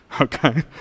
okay